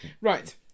Right